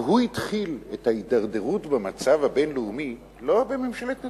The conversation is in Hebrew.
הוא התחיל את ההידרדרות במצב הבין-לאומי לא בממשלת נתניהו.